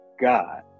God